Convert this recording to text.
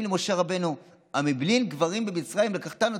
והם באים למשה רבנו: "המבלי אין קברים במצרים לקחתנו",